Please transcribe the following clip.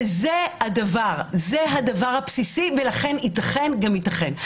וזה הדבר, זה הדבר הבסיסי ולכן ייתכן גם ייתכן.